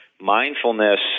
mindfulness